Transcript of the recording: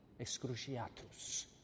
excruciatus